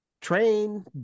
train